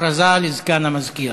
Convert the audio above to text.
הכרזה לסגן המזכירה.